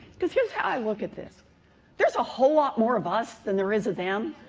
because here's how i look at this there's a whole lot more of us than there is of them,